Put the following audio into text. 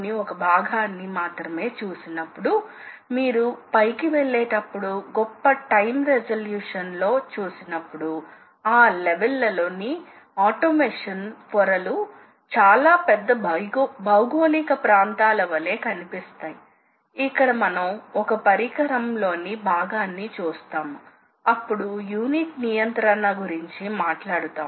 మరో వైపు మిల్లింగ్ అని పిలువబడే మరొక మెషినింగ్ ప్రక్రియ ను గనుక తీసు కుంటే అక్కడ మీకు కట్టర్ వుంటుంది అయితే మిల్లింగ్ కట్టర్ దంతా లు కలిగి ఉంటుంది మరియు కుదురు చేత నడపబడుతుంది మరియు ఇది పని ఇది టేబుల్ ఇది ఈ వర్క్ పీస్ రెక్టిలీనియార్ మోషన్ ను కలిగి ఉంటాయి